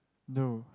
no